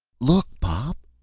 look, pop,